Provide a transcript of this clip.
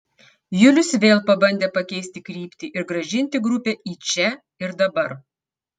julius vėl pabandė pakeisti kryptį ir grąžinti grupę į čia ir dabar